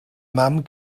mam